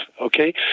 Okay